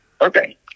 Okay